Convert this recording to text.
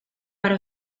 para